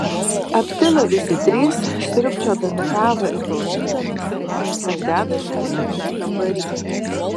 aptilo visi trys sriubčiodami kavą ir klausydamiesi kas dedasi pirmame kambary